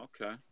Okay